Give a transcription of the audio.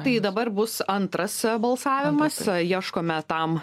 tai dabar bus antras balsavimas ieškome tam